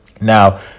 Now